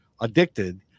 addicted